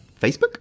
Facebook